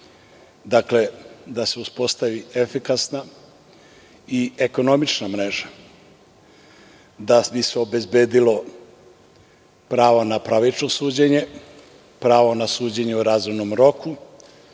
postići, da se uspostavi efikasna i ekonomična mreža da bi se obezbedilo pravo na pravično suđenje, pravo na suđenje u razumnom roku,